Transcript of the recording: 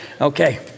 Okay